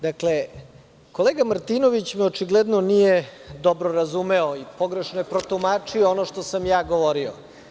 Dakle, kolega Martinović me očigledno nije dobro razumeo i pogrešno protumačio ono što sam ja govorio.